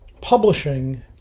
publishing